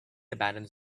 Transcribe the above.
abandons